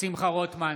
שמחה רוטמן,